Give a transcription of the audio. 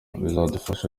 bizadufasha